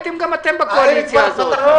הייתם גם אתם בקואליציה הזאת.